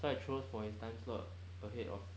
so I chose for his time slot ahead of